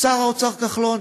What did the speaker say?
שר האוצר כחלון,